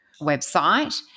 website